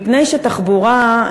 מפני שתחבורה,